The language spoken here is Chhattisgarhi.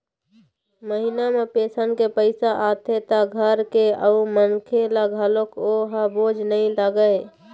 महिना म पेंशन के पइसा आथे त घर के अउ मनखे ल घलोक ओ ह बोझ नइ लागय